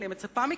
אני מצפה מכם,